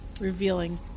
revealing